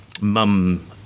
mum